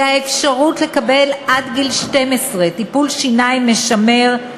והאפשרות לקבל עד גיל 12 טיפול שיניים משמר,